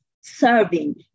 serving